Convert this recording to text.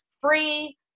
free